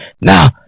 Now